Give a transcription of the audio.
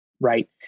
right